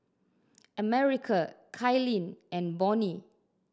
America Kailyn and Bonnie